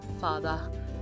Father